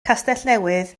castellnewydd